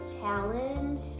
challenge